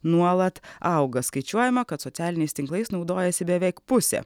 nuolat auga skaičiuojama kad socialiniais tinklais naudojasi beveik pusė